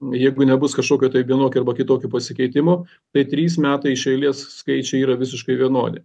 jeigu nebus kažkokio tai vienokio arba kitokio pasikeitimo tai trys metai iš eilės skaičiai yra visiškai vienodi